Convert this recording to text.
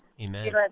Amen